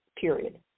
period